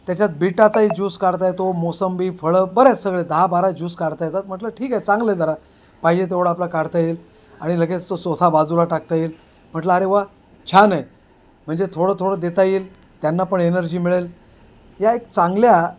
त्याच्यात बीटाचाही जूस काढता येतो मोसंबी फळं बरेच सगळे दहा बारा ज्यूस काढता येतात म्हटलं ठीक आहे चांगले जरा पाहिजे तेवढा आपला काढता येईल आणि लगेच तो चोथा बाजूला टाकता येईल म्हटलं अरे वा छान आहे म्हणजे थोडं थोडं देता येईल त्यांना पण एनर्जी मिळेल या एक चांगल्या